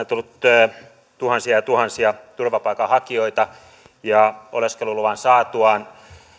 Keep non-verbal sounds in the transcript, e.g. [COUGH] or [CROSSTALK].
[UNINTELLIGIBLE] tullut tuhansia ja tuhansia turvapaikanhakijoita oleskeluluvan saatuaan